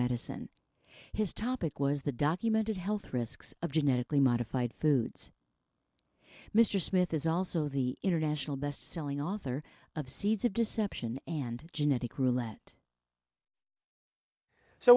medicine his topic was the documented health risks of genetically modified foods mr smith is also the international best selling author of seeds of deception and genetic roulette